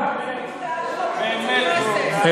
הם הצביעו בעד חוק ערוץ הכנסת.